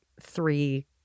three